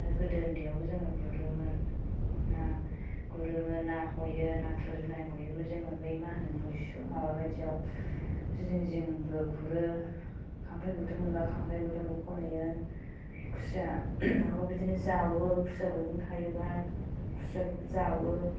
आरो गोदो उन्दैयावबो जोङो गुरोमोन ना गुरोमोन ना हयो नाथुर जुनाय हयोमोन जोङो बै मा होनो मैसु माबा बायदियाव जिं जिंबो गुरो खांख्राय गुदुं नुबा खांख्राय गुदुंबो खन'यो खुसिया माबा बिदिनो जावो खुसिया गुदुं थायोबा खुसियाखौ जावो